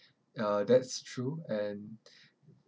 uh that's true and